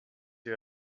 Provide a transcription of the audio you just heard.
ihr